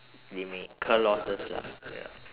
they may incur losses lah ya